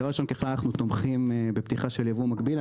ראשית, ככלל אנו תומכים בפתיחת ייבוא מקביל.